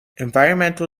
environmental